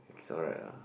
it's alright ah